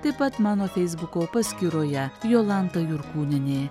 taip pat mano feisbuko paskyroje jolanta jurkūnienė